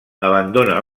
abandona